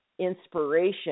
inspiration